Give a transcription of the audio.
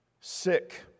sick